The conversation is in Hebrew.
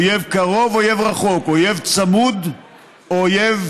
אויב קרוב או אויב רחוק, אויב צמוד או אויב